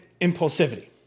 impulsivity